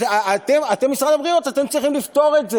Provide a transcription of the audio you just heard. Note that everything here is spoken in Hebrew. אתם משרד הבריאות, אתם צריכים לפתור את זה,